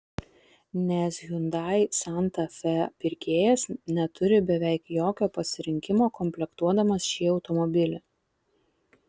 nes hyundai santa fe pirkėjas neturi beveik jokio pasirinkimo komplektuodamas šį automobilį